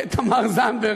והאלכוהול, את תמר זנדברג,